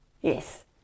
Yes